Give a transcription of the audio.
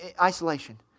isolation